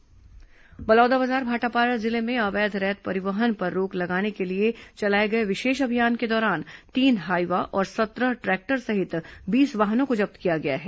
अवैध रेत परिवहन कार्रवाई बलौदाबाजार भाटापारा जिले में अवैध रेत परिवहन पर रोक लगाने के लिए चलाए गए विशेष अभियान के दौरान तीन हाईवा और सत्रह द्रै क्टर सहित बीस वाहनों को जब्त किया गया है